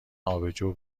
آبجو